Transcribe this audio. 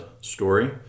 story